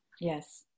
Yes